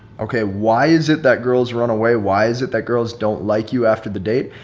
okay? why is it that girls run away? why is it that girls don't like you after the date?